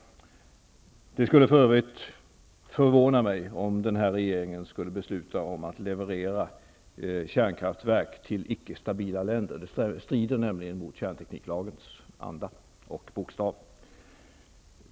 Det skulle för övrigt förvåna mig om den här regeringen skulle fatta beslut om att leverera kärnkraftverk till icke stabila länder. Det strider nämligen mot kärntekniklagens anda och bokstav.